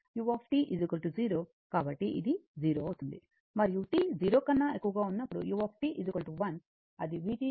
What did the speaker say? కాబట్టి ఇది 0 అవుతుంది మరియు t 0 కన్నా ఎక్కువగా ఉన్నప్పుడు u 1 అది vt Vs e tτ